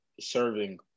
serving